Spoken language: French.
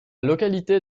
localité